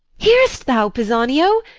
hear'st thou, pisanio?